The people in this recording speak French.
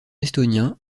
estonien